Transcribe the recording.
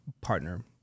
partner